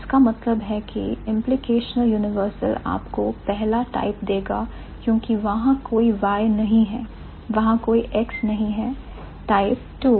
इसका मतलब है की implicational universal आपको पहला टाइप देगा क्योंकि वहां कोई Y नहीं है वहां कोई X नहीं है टाइप II